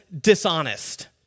dishonest